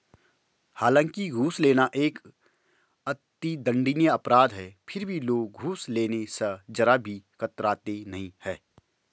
हालांकि घूस लेना एक अति दंडनीय अपराध है फिर भी लोग घूस लेने स जरा भी कतराते नहीं है